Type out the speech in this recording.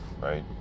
right